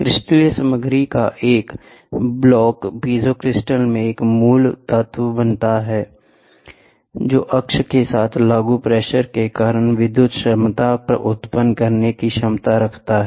क्रिस्टलीय सामग्री का एक ब्लॉक पीजो क्रिस्टल में एक मूल तत्व बनाता है जो अक्ष के साथ लागू प्रेशर के कारण विद्युत क्षमता उत्पन्न करने की क्षमता रखता है